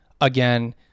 Again